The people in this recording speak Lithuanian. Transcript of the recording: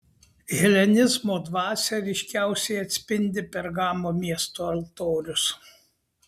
helenizmo dvasią ryškiausiai atspindi pergamo miesto altorius